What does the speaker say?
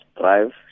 Drive